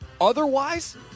Otherwise